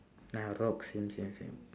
same same same